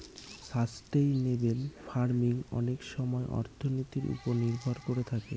sustainable farming অনেক সময় অর্থনীতির ওপর নির্ভর করে থাকে